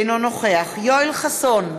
אינו נוכח יואל חסון,